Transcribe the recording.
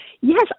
Yes